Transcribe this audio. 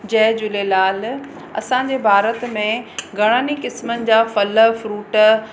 जय झूलेलाल असांजे भारत में घणनि ई किस्मनि जा फल फ्रूट